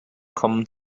kommen